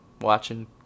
watching